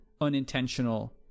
unintentional